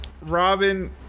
Robin